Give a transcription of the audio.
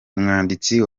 umwanditsi